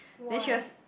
then she was